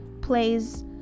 plays